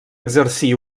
exercí